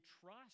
trust